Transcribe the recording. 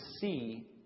see